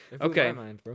Okay